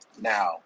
Now